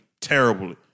terribly